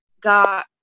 got